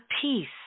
peace